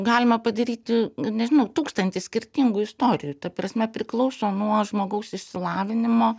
galima padaryti nežinau tūkstantį skirtingų istorijų ta prasme priklauso nuo žmogaus išsilavinimo